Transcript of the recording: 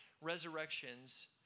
resurrections